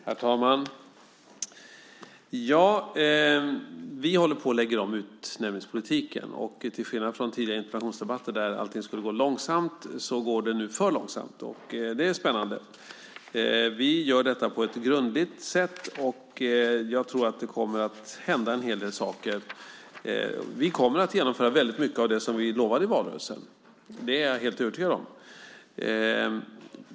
Herr talman! Vi håller på att lägga om utnämningspolitiken. Och till skillnad från vad som har sagts i tidigare interpellationsdebatter om att allt skulle gå långsamt går det nu för långsamt. Det är spännande. Vi gör detta på ett grundligt sätt. Och jag tror att det kommer att hända en hel del saker. Vi kommer att genomföra väldigt mycket av det som vi lovade i valrörelsen. Det är jag helt övertygad om.